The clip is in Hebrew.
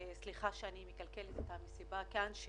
וסליחה שאני מקלקלת את המסיבה כאן.